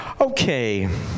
Okay